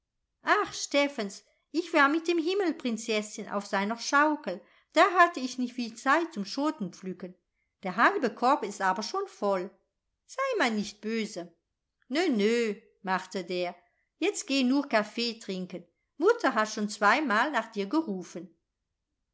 ach steffens ich war mit dem himmelsprinzeßchen auf seiner schaukel da hatte ich nicht viel zeit zum schotenpflücken der halbe korb ist aber schon voll sei man nicht böse nö nö machte der jetzt geh nur kaffee trinken mutter hat schon zweimal nach dir gerufen